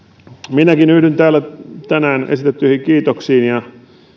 minäkin yhdyn täällä tänään esitettyihin kiitoksiin ja